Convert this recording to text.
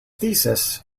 thesis